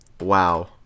wow